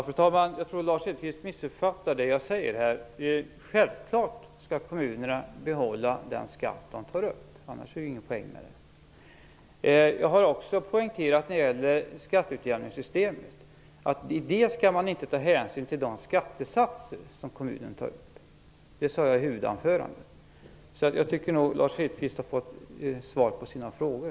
Fru talman! Jag tror att Lennart Hedquist missuppfattar det jag säger. Självklart skall kommunerna behålla den skatt de tar upp. Annars är det ingen poäng med det. Jag har också poängterat att man i skatteutjämningssystemet inte skall ta hänsyn till de skattesatser som kommunen tar ut. Det sade jag i mitt huvudanförande. Jag tycker nog att Lennart Hedquist har fått svar på sina frågor.